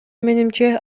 менимче